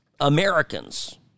Americans